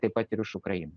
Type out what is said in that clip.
taip pat ir iš ukraino